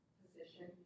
position